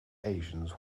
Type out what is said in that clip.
asians